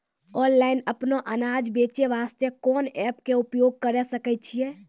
Online अपनो अनाज बेचे वास्ते कोंन एप्प के उपयोग करें सकय छियै?